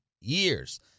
years